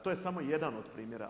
To je samo jedan od primjera.